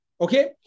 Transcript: okay